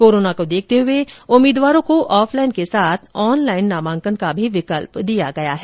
corona को देखते हुए उम्मीदवारों को ऑफलाइन के साथ ऑनलाइन नामांकन का भी विकल्प दिया गया है